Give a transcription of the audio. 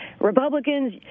Republicans